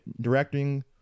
directing